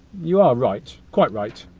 you are right quite right.